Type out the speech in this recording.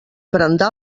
brandar